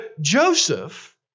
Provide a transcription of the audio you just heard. Joseph